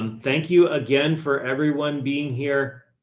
and thank you again for everyone being here.